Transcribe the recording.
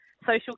social